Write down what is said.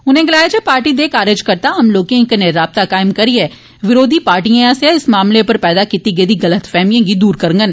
उनें गलॉया जे पार्टी दे कारजकरता आम लोकें कन्नै राबता कायम करिए विरोधी पार्टिएं आस्सेआ इस मामले उप्पर पैदा कीती गेदी गल्तफैहमिएं गी दूर करगंन